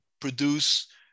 produce